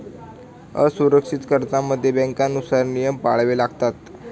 असुरक्षित कर्जांमध्ये बँकांनुसार नियम पाळावे लागतात